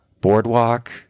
boardwalk